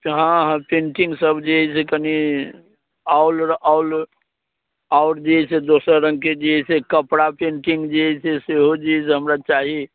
हँ हाँ पेन्टिङ्ग सभ जे अइ से कनि आउलरऽ आउल आओर जे अइ से दोसर रङ्गके जे अइसे कपड़ा पेन्टिङ्ग जे अइसे सेहो जे अइसे हमरा चाही